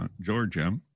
Georgia